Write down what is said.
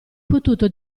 potuto